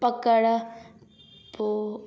पकड़ पोइ